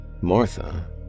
Martha